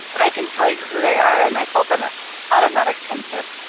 but i can tell you who they are and i felt an automatic kinship